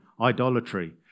idolatry